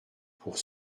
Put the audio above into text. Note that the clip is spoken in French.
pour